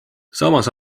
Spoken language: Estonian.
samas